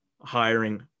hiring